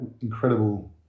incredible